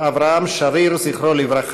אברהם שריר, יליד תל אביב